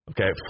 Okay